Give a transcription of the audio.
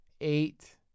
eight